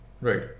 right